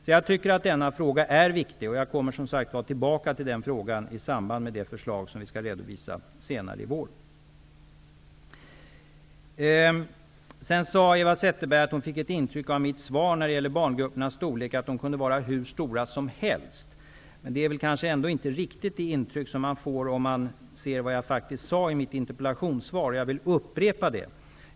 Så jag tycker att denna fråga är viktig. Jag återkommer som sagt till den frågan i samband med det förslag som vi skall redovisa senare i vår. Eva Zetterberg sade att hon fick det intrycket av mitt svar att barngrupperna kunde vara hur stora som helst. Det är väl inte riktigt det intrycket man får om man läser vad jag faktiskt sade i mitt interpellationssvar.